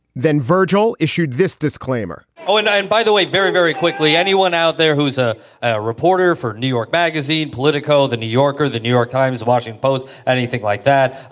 then virgil issued this disclaimer, zero and nine, by the way, very, very quickly, anyone out there who's a ah reporter for new york magazine, politico, the new yorker, the new york times, washington post, anything like that?